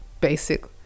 basic